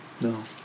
No